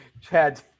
Chad